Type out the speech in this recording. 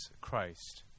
Christ